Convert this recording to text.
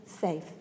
safe